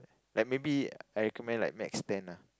like maybe I recommend like max ten lah